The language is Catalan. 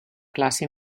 classe